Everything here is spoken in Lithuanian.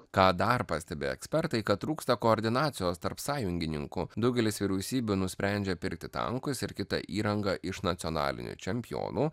ką dar pastebi ekspertai kad trūksta koordinacijos tarp sąjungininkų daugelis vyriausybių nusprendžia pirkti tankus ir kitą įrangą iš nacionalinių čempionų